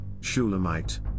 Shulamite